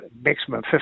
maximum